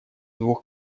двух